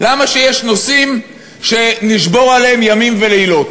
למה יש נושאים שנשבור עליהם ימים ולילות?